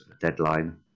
deadline